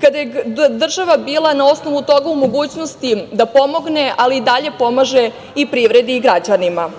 kada je država bila na osnovu toga u mogućnosti da pomogne, ali i dalje pomaže i privredi i građanima.